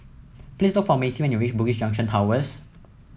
please look for Macy when you reach Bugis Junction Towers